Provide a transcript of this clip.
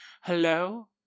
Hello